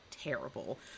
terrible